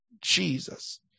Jesus